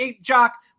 Jock